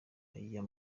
aya